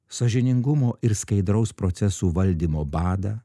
sąžiningumo ir skaidraus procesų valdymo badą